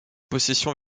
possessions